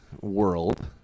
world